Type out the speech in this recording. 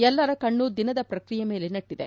ಎಲ್ಲರ ಕಣ್ಣು ದಿನದ ಪ್ರಕ್ರಿಯೆ ಮೇಲೆ ನೆಟ್ಟದೆ